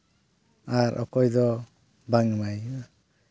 ᱟᱨ ᱚᱠᱚᱭᱫᱚ ᱵᱟᱝ ᱮᱢᱟᱭ ᱦᱩᱭᱩᱜᱼᱟ